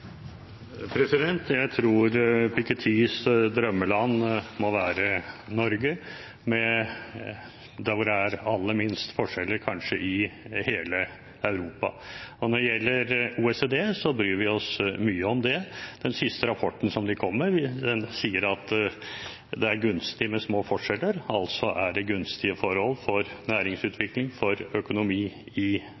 minutt. Jeg tror Pikettys drømmeland må være Norge, der det kanskje er de aller minste forskjeller i hele Europa. Når det gjelder OECD, bryr vi oss mye om det. Den siste rapporten som de kom med, sier at det er gunstig med små forskjeller, altså er det gunstige forhold for